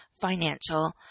financial